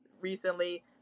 recently –